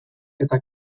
eta